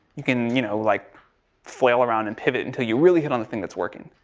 you can, you know, like flail around and pivot until you really hit on the thing that's working.